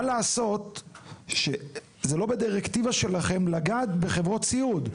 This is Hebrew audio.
מה לעשות שזה לא בדרקטיבה שלכם לגעת בחברות סיעוד.